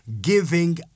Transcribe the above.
giving